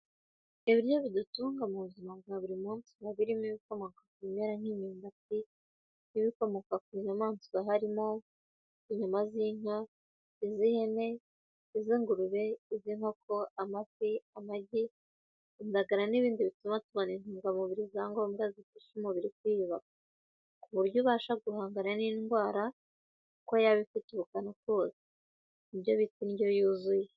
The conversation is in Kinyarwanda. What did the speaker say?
Ibiryo bidutunga mu buzima bwa buri munsi, biba birimo ibikomoka ku bimera nk'imyumbati n'ibikomoka ku nyamaswa harimo: inyama z'inka, iz'ihene, iz'ingurube, iz'inkoko, amafi, amagi, indagara n'ibindi bituma tubona intungamubiri za ngombwa zifasha umubiri kwiyubaka, ku buryo ubasha guhangana n'indwara uko yaba ifite ubukana kose. Ni byo bita indyo yuzuye.